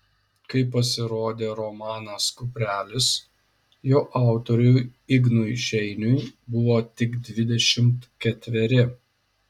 kai pasirodė romanas kuprelis jo autoriui ignui šeiniui buvo tik dvidešimt ketveri